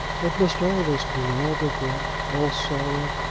it must always be all regret, all sorrow,